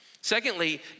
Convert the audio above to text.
Secondly